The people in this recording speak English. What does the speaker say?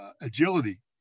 agility